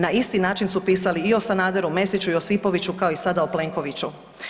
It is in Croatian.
Na isti način su pisali i o Sanaderu, Mesiću, Josipoviću, kao i sada o Plenkoviću.